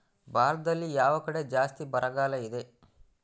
ಭಾರತದಲ್ಲಿ ಯಾವ ಕಡೆ ಜಾಸ್ತಿ ಬರಗಾಲ ಇದೆ?